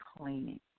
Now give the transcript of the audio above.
cleaning